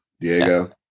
Diego